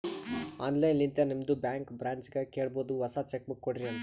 online ಲಿಂತೆ ನಿಮ್ದು bank ಬ್ರ್ಯಾಂಚ್ಗ ಕೇಳಬೋದು ಹೊಸಾ ಚೆಕ್ ಬುಕ್ ಕೊಡ್ರಿ ಅಂತ್